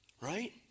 right